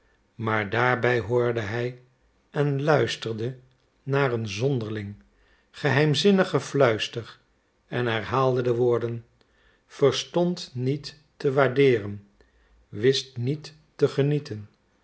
maar daarbij hoorde hij en luisterde naar een zonderling geheimzinnig gefluister en herhaalde de woorden verstond niet te waardeeren wist niet te genieten